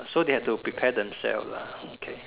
so they have to prepare themselves lah okay